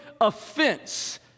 offense